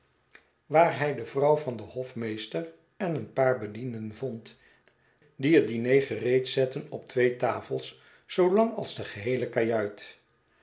waar hij de vrouw van den hofmeester en een paar bedieneen tociitje met eene stoomboot den vond die het diner gereed zetten op twee tafels zoo lang als de geheele kajuit